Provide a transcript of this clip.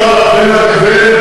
מהעניין הזה.